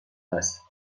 است